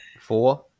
Four